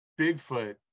Bigfoot